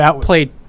played